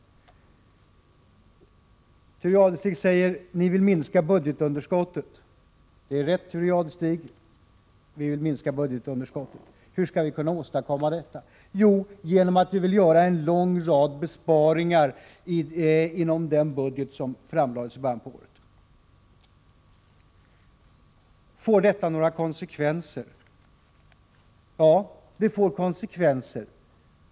Sedan säger Thure Jadestig att vi moderater vill minska budgetunderskottet. Det är rätt Thure Jadestig — vi vill minska budgetunderskottet. Hur skall vi kunna åstadkomma det? Jo, genom att göra en lång rad besparingar inom den budget som framlades i början av året. Får detta några konsekvenser? Ja, det får konsekvenser.